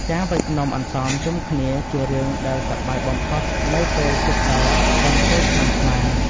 ការវេចនំអន្សមជុំគ្នាជារឿងដែលសប្បាយបំផុតនៅពេលជិតដល់បុណ្យចូលឆ្នាំខ្មែរ។